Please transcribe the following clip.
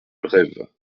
brève